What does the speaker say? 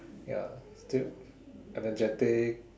ya still energetic